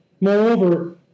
Moreover